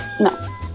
no